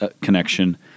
connection